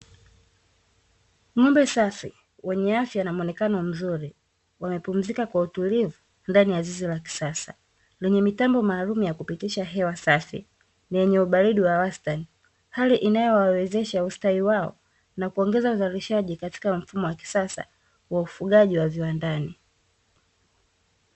Ngombe safi wenye afya na muonekano mzuri wamepumzika kwa utulivu ndani ya zizi la kisasa, lenye mitambo maalum ya kupitisha hewa safi yenye ubaridi wa wastani, pale inayowawezesha ustawi wao na kuongeza uzalishaji katika mfumo wa kisasa wa ufugaji wa viwandani.